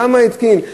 כמה התקין?